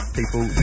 people